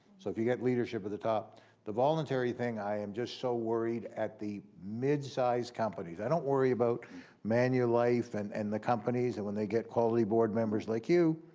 so if you get leadership at the top the voluntary thing, i am just so worried at the mid-sized companies. i don't worry about manulife and and the companies and when they get quality board members like you.